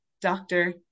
doctor